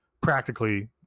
practically